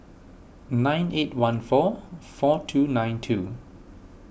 nine eight one four four two nine two